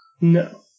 No